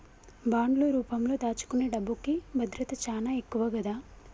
బాండ్లు రూపంలో దాచుకునే డబ్బుకి భద్రత చానా ఎక్కువ గదా